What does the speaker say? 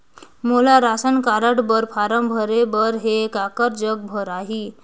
मोला ration card बर form भरे बर हे काकर जग भराही?